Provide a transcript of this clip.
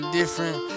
different